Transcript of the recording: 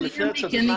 מיקי.